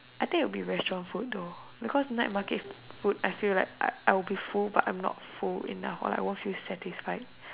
I think it will be restaurant food though because night market food I feel like I I will be full but I'm not full enough or I won't feel satisfied